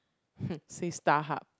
say StarHub